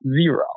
zero